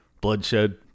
bloodshed